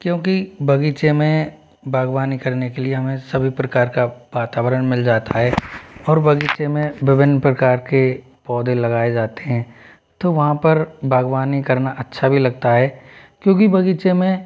क्योंकि बग़ीचे में बागबानी करने के लिए हमें सभी प्रकार का वातावरण मिल जाता हैं और बग़ीचे में विभिन्न प्रकार के पौधे लगाए जाते हैं तो वहाँ पर बाग़बानी करना अच्छा भी लगता है क्योंकि बग़ीचे में